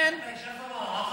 התקציב הולך אחרי הילד.